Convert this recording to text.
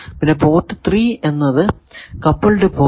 പിന്നെ പോർട്ട് 3 എന്നത് coupled port